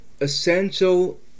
Essential